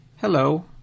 Hello